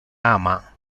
ama